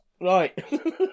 Right